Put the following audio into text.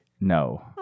No